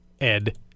Ed